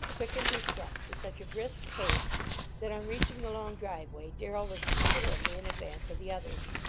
quickened her steps to such a brisk pace that on reaching the long driveway darrell was considerably in advance of the others.